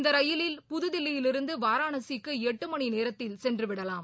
இந்த ரயிலில் புதுதில்லியிருந்து வாரணாசிக்கு எட்டு மணி நேரத்தில் சென்று விடலாம்